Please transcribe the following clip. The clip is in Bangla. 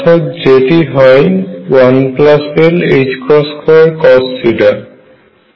অর্থাৎ যেটি হয় 1l2cos